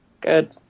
good